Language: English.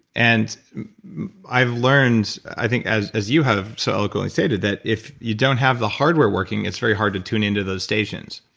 and i've learned, i think as as you have so eloquently stated that if you don't have the hardware working, it's very hard to tune into those stations.